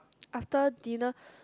after dinner